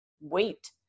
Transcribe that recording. wait